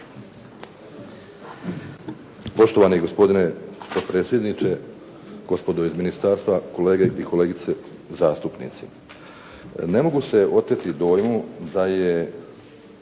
Poštovani gospodine potpredsjedniče, gospodo iz ministarstva, kolege i kolegice zastupnici. Ne mogu se oteti dojmu da je